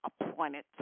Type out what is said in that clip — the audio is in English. appointed